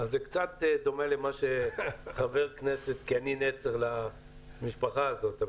זה קצת דומה למה שחבר הכנסת אמר כי אני נצר למשפחה הזאת.